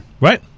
Right